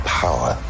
power